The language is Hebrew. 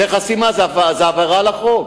זה עבירה על החוק.